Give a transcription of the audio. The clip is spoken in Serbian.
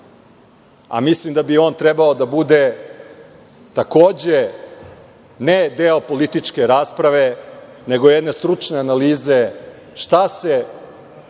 a mislim da bi on trebao da bude, takođe, ne deo političke rasprave, nego jedne stručne analize šta se